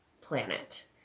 planet